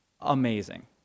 amazing